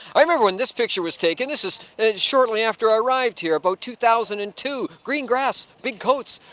i remember when this picture was taken, this is shortly after i arrived here, about two thousand and two. green grass, big coats,